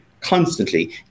constantly